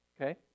okay